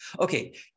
Okay